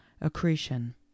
accretion